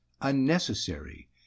unnecessary